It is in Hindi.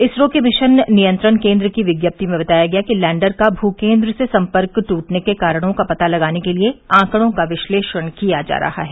इसरो के मिशन नियंत्रण केन्द्र की विज्ञप्ति में बताया गया कि लैंडर का भूकेन्द्र से सम्पर्क टूटने के कारणों का पता लगाने के लिए आंकड़ों का विश्लेषण किया जा रहा है